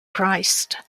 christ